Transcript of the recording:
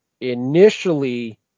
initially